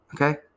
okay